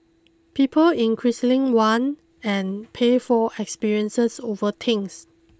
people increasingly want and pay for experiences over things